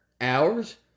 hours